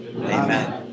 Amen